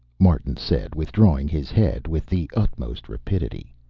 martin said, withdrawing his head with the utmost rapidity.